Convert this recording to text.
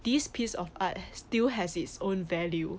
this piece of art still has its own value